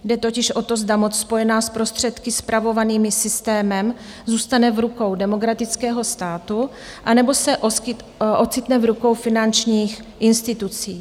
Jde totiž o to, zda moc spojená s prostředky spravovanými systémem zůstane v rukou demokratického státu, anebo se ocitne v rukou finančních institucí.